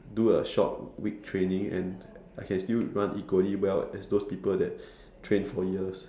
do a short week training and I can still run equally well as those people that train for years